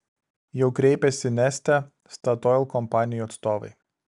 jau kreipėsi neste statoil kompanijų atstovai